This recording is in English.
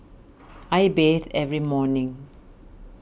I bathe every morning